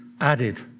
added